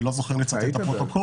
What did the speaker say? אני לא זוכר לצטט את הפרוטוקול.